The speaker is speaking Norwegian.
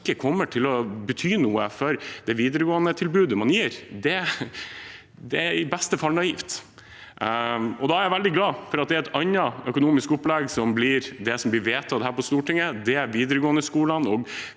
ikke kommer til å bety noe for det videregående tilbudet man gir, er i beste fall naivt. Da er jeg veldig glad for at det er et annet økonomisk opplegg som blir vedtatt her på Stortinget, og som videregående skoler